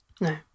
no